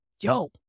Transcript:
Yo